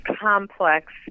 complex